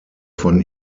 von